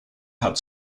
had